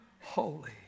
holy